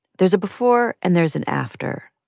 there's a before, and there's an after.